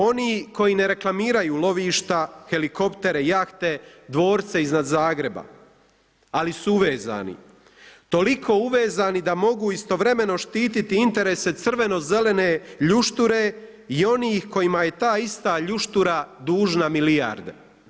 Oni koji ne reklamiraju lovišta, helikoptere, jahte, dvorce iznad Zagreba, ali su uvezani, toliko uvezani da mogu istovremeno štititi interese crveno zelene ljušture i onih kojima je ta ista ljuštura dužna milijarde.